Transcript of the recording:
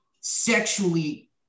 sexually